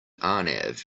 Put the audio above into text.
arnav